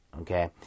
okay